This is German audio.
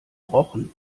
rochen